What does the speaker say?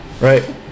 right